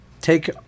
take